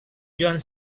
joan